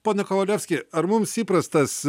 pone kovalevski ar mums įprastas